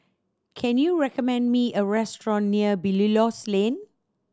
can you recommend me a restaurant near Belilios Lane